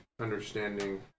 understanding